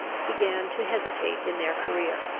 began to hesitate in their career.